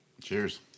Cheers